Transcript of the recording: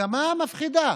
מגמה מפחידה,